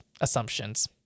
assumptions